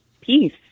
peace